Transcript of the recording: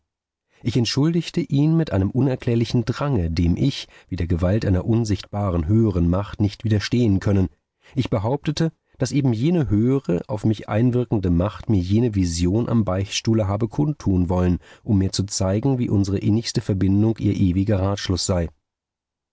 ich entschuldigte ihn mit einem unerklärlichen drange dem ich wie der gewalt einer unsichtbaren höheren macht nicht widerstehen können ich behauptete daß eben jene höhere auf mich einwirkende macht mir jene vision am beichtstuhle habe kundtun wollen um mir zu zeigen wie unsere innigste verbindung ihr ewiger ratschluß sei